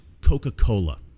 Coca-Cola